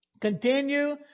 continue